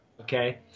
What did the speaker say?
Okay